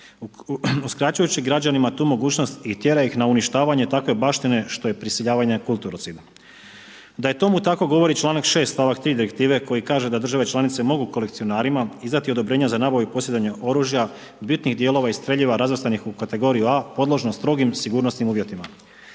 uskraćujući građanima tu mogućnost i tjera ih na uništavanje takve baštine što je prisiljavanje kulturocidno. Da je tomu tako govori članak 6. 3. Direktive koji kaže da države članice mogu kolekcionarima izdati odobrenje za nabavu i posjedovanje oružja, bitnih dijelova i streljiva razvrstanih na kategoriju A podložno strogim sigurnosnim uvjetima.